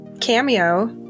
cameo